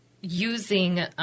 using